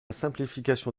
simplification